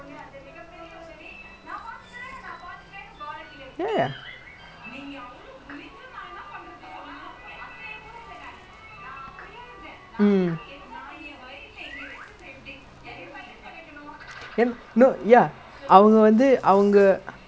I think you know I just realise right so many people in our school six jan like alan also six january like basically right I told you right all the person all the people who like two january three january before results right then you know நம்ம:namma school then they go request to come back right then all the shooter six january you know legit all